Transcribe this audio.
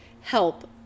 help